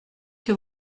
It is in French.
que